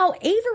Avery